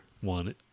one